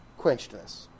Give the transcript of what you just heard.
quenchedness